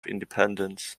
independence